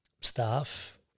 staff